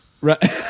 right